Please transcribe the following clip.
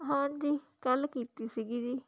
ਹਾਂਜੀ ਕੱਲ੍ਹ ਕੀਤੀ ਸੀਗੀ ਜੀ